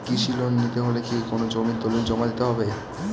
কৃষি লোন নিতে হলে কি কোনো জমির দলিল জমা দিতে হবে?